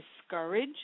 discourage